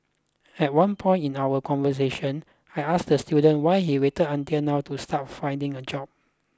at one point in our conversation I asked the student why he waited until now to start finding a job